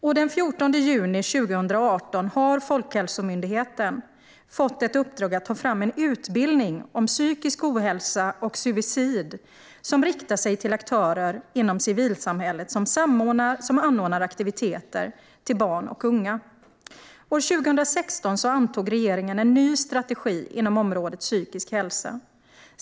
Och den 14 juni 2018 fick Folkhälsomyndigheten ett uppdrag att ta fram en utbildning om psykisk ohälsa och suicid som riktar sig till aktörer inom civilsamhället som anordnar aktiviteter för barn och unga. År 2016 antog regeringen en ny strategi inom området psykisk hälsa.